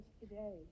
today